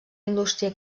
indústria